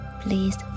please